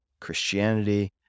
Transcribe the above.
Christianity